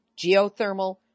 geothermal